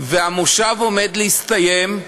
והמושב עומד להסתיים,